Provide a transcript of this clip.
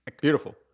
Beautiful